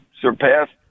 surpassed